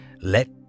Let